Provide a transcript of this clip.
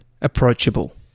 Approachable